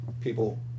people